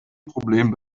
problem